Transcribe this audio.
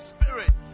Spirit